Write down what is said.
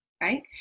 right